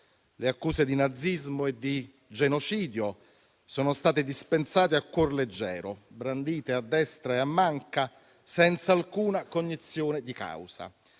Le accuse di nazismo e di genocidio sono state dispensate a cuor leggero, brandite a destra e a manca senza alcuna cognizione di causa;